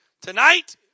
Tonight